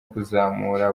kuzamura